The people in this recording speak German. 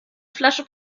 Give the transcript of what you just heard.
flasche